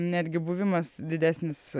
netgi buvimas didesnis